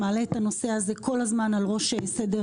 מעלה את הנושא הזה כל הזמן על ראש הסדר